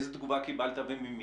איזה תגובה קיבלת וממי?